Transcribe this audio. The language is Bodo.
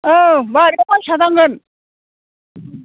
औ बारियाव मायसा दांगोन